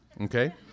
okay